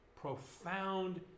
profound